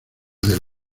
del